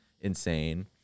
insane